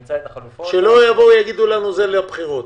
נמצא את החלופות --- שלא יגידו לנו שזה לבחירות.